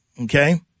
okay